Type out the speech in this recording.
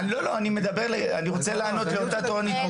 אני רוצה לענות לאותה תורנית מוקד.